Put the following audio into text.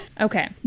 Okay